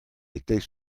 était